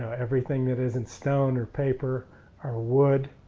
everything that isn't stone or paper or wood,